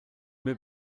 mir